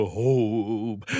hope